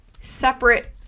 separate